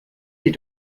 sie